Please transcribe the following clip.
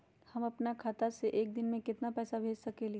हम अपना खाता से एक दिन में केतना पैसा भेज सकेली?